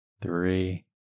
three